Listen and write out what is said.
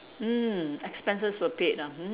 mm expenses were paid ah hmm